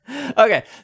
Okay